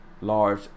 large